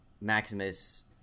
maximus